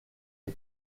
est